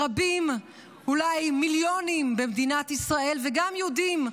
רבים, אולי מיליונים, במדינת ישראל, וגם יהודים,